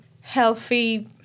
healthy